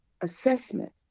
assessment